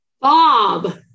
bob